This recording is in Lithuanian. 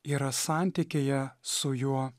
yra santykyje su juo